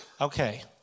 okay